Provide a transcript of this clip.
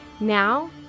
Now